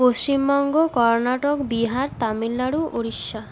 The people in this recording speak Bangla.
পশ্চিমবঙ্গ কর্ণাটক বিহার তামিলনাড়ু উড়িষ্যা